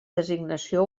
designació